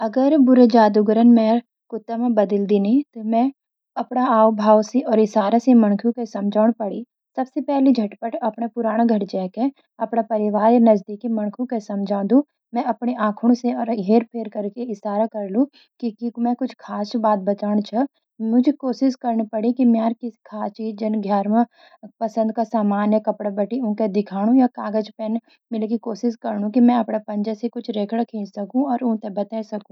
अगर बुरे जादूगर ने म्यर कुत्त्या मं बदल दीनु, त मुझ बौंणु पड़ी अर अपणा हाव-भाव अर इशारा स माणुखन कै समझाणु पड़ी. सबसे पहले, म झटपट अपने पुराणु घऱ जा के अपन परिवार या नजदीकी माणुखन के पास जांदु. मैं अपणी आखणु स अर हेर-फेर कर के ईशारा करूंला कि मैं कुछ खास च बताण चां.